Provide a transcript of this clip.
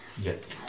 Yes